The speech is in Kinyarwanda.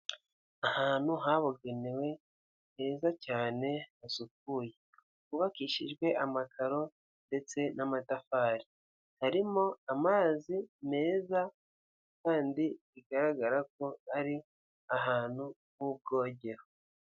Ahantu habugenewe heza cyane hasukuye hubakishijwe amakaro ndetse n'amatafari, harimo amazi meza kandi bigaragara ko ari ahantu h'ubwogero.